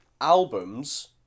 albums